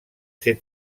ser